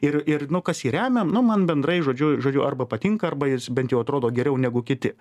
ir ir nu kas jį remia nu man bendrai žodžiu žodžiu arba patinka arba jis bent jau atrodo geriau negu kiti